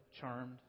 Charmed